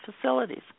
facilities